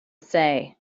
say